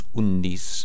undis